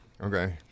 Okay